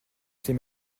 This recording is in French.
c’est